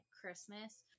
Christmas